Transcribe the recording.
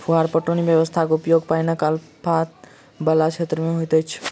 फुहार पटौनी व्यवस्थाक उपयोग पाइनक अल्पता बला क्षेत्र मे होइत अछि